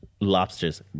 Lobsters